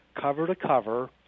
cover-to-cover